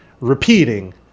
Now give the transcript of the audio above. repeating